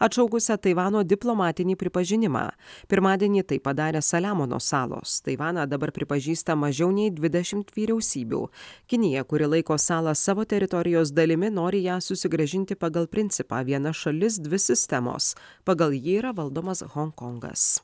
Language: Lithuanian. atšaukusia taivano diplomatinį pripažinimą pirmadienį tai padarė saliamono salos taivaną dabar pripažįsta mažiau nei dvidešimt vyriausybių kinija kuri laiko salą savo teritorijos dalimi nori ją susigrąžinti pagal principą viena šalis dvi sistemos pagal jį yra valdomas honkongas